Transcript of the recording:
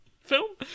film